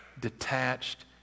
detached